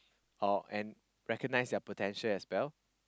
oh and recognise their potential as well